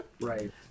Right